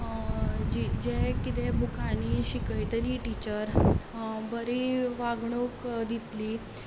म्हणून जें किदें बऱ्या शिकयतलीं टिचर बरी वागणूक दितली